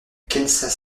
kansas